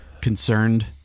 concerned